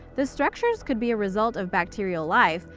the structures could be a result of bacterial life,